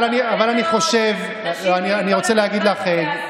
גם אני אמרתי לאורך הדרך, גם דודי,